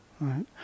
right